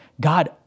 God